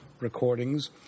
recordings